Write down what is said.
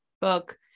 book